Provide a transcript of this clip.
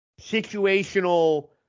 situational